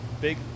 big